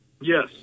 Yes